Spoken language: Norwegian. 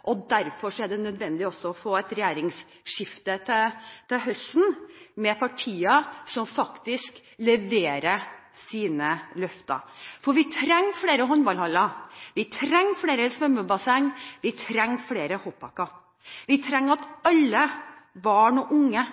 Derfor er det også nødvendig å få et regjeringsskifte til høsten, med partier som faktisk leverer sine løfter. Vi trenger flere håndballhaller. Vi trenger flere svømmebasseng. Vi trenger flere hoppbakker. Vi trenger at alle barn og unge